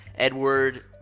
edward.